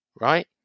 right